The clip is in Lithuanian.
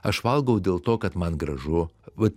aš valgau dėl to kad man gražu vat